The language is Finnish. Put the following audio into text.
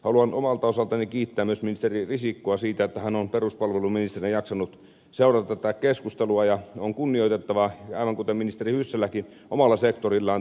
haluan omalta osaltani kiittää myös ministeri risikkoa siitä että hän on peruspalveluministerinä jaksanut seurata tätä keskustelua ja on tehnyt kunnioitettavaa työtä aivan kuten ministeri hyssäläkin omalla sektorillaan